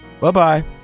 Bye-bye